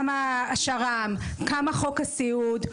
השר"מ וחוק הסיעוד.